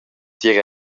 tier